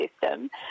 system